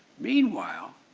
meanwhile,